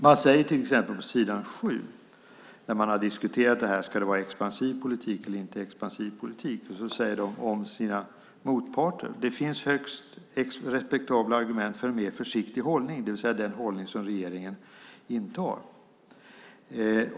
På s. 7 säger man, efter att ha diskuterat om det ska vara expansiv politik eller inte expansiv politik, om sina motparter: Det finns högst respektabla argument för en mer försiktig hållning, det vill säga den hållning som regeringen intar.